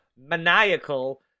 maniacal